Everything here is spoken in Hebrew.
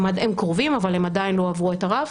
הן קרובות אבל הן עדיין לא עברו את הרף,